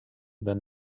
than